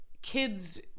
kids